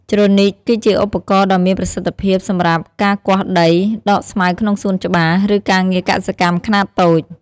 ជ្រនីក គឺជាឧបករណ៍ដ៏មានប្រសិទ្ធភាពសម្រាប់ការគាស់ដី ដកស្មៅក្នុងសួនច្បារ ឬការងារកសិកម្មខ្នាតតូច។